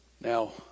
Now